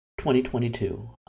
2022